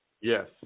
Yes